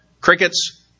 crickets